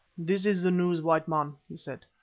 this is the news, white men, he said.